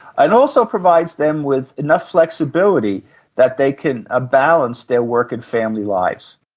and also provides them with enough flexibility that they can ah balance their work and family lives.